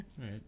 right